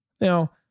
Now